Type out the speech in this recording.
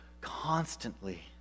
constantly